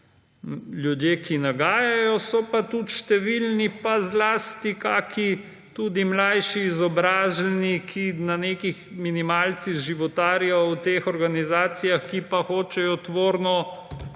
ljudje, ki nagajajo; so pa tudi številni, zlasti kakšni tudi mlajši izobraženi, ki na nekih minimalcih životarijo v teh organizacijah, ki pa hočejo tvorno